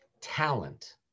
talent